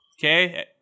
Okay